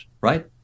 right